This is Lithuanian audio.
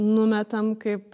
numetam kaip